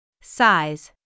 Size